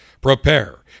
Prepare